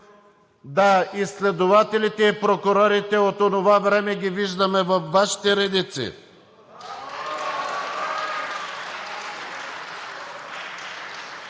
Да, и следователите, и прокурорите от онова време ги виждаме във Вашите редици.